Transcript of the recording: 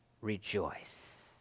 rejoice